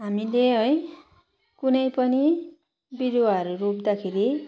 हामीले है कुनै पनि बिरुवाहरू रोप्दाखेरि